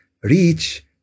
reach